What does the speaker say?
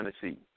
Tennessee